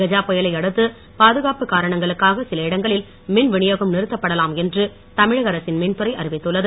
கஜா புயலை அடுத்து பாதுகாப்பு காரணங்களுக்காக சில இடங்களில் மின் விநியோகம் நிறுத்தப்படலாம் என்று தமிழக அரசின் மின்துறை அறிவித்துள்ளது